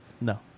No